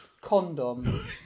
condom